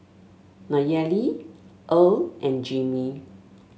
Nayeli Earle and Jimmy